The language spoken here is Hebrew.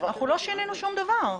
אנחנו לא שינינו שום דבר.